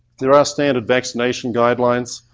there are standard vaccination guidelines.